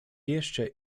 jeszcze